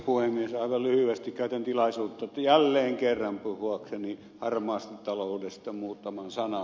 aivan lyhyesti käytän tilaisuutta jälleen kerran puhuakseni harmaasta taloudesta muutaman sanan